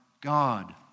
God